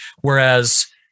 Whereas